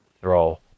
throw